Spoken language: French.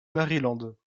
maryland